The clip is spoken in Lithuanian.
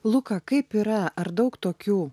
luką kaip yra ar daug tokių